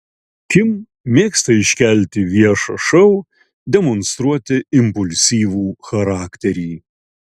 kim mėgsta iškelti viešą šou demonstruoti impulsyvų charakterį